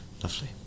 Lovely